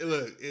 Look